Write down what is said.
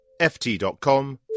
ft.com